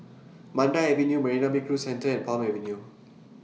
Mandai Avenue Marina Bay Cruise Centre and Palm Avenue